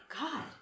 God